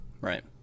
right